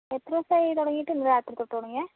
എത്ര ദിവസമായി തുടങ്ങിയിട്ട് ഇന്നലെ രാത്രി തൊട്ട് തുടങ്ങിയെ